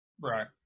Right